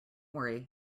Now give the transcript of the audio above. worry